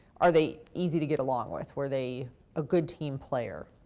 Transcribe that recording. are they easy to get along with? were they a good team player?